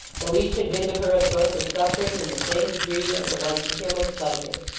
though each had been to her a source of suffering in the same degree as it was to him of pleasure.